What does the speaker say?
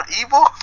Evil